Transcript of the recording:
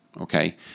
okay